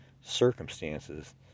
circumstances